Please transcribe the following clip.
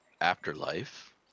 afterlife